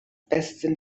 beste